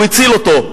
הוא הציל אותו.